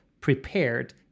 prepared